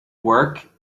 work